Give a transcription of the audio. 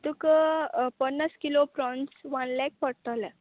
तुका पन्नास किलो प्रॉन्स वन लेग पडटले